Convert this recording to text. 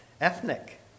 ethnic